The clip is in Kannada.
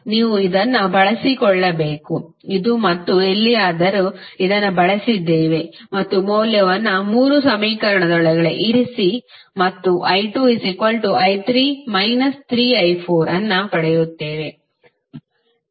ನೀವು ಇದನ್ನು ಬಳಸಿಕೊಳ್ಳಬೇಕು ಇದು ಮತ್ತು ಎಲ್ಲಿಯಾದರೂ ಇದನ್ನು ಬಳಸಿದ್ದೇವೆ ಮತ್ತು ಮೌಲ್ಯವನ್ನು 3 ಸಮೀಕರಣದೊಳಗೆ ಇರಿಸಿ ಮತ್ತು i2i3 3i4 ಅನ್ನು ಪಡೆಯುತ್ತೇವೆ